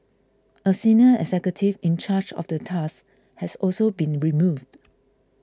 a senior executive in charge of the task has also been removed